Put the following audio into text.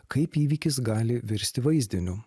kaip įvykis gali virsti vaizdiniu